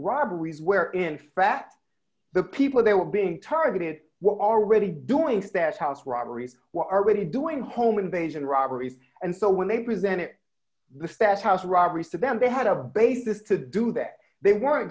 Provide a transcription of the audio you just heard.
robberies where in fact the people they were being targeted were already doing that house robbery are ready doing home invasion robberies and so when they presented the stats house robberies to them they had a basis to do that they weren't